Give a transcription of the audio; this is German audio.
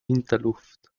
winterluft